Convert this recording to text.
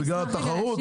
בגלל התחרות?